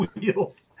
Wheels